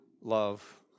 love